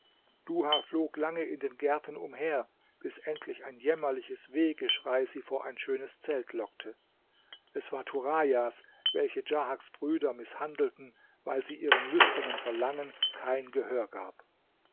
duha flog lange in den gärten umher bis endlich ein jämmerliches wehgeschrei sie vor ein schönes zelt lockte es war turajas welche djahaks brüder mißhandelten weil sie ihrem lüsternen verlangen kein gehör gab